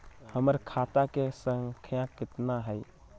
हमर खाता के सांख्या कतना हई?